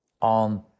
on